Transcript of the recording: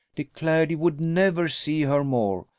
declared he would never see her more,